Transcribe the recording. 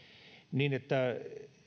niin että